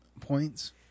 points